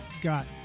got